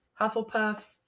Hufflepuff